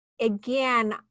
Again